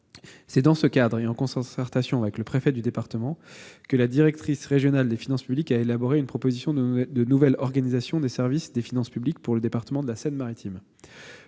C'est dans ce cadre, et en concertation avec le préfet du département, que la directrice régionale des finances publiques a élaboré une proposition de nouvelle organisation des services des finances publiques pour le département de la Seine-Maritime.